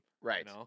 Right